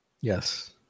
Yes